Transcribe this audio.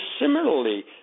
similarly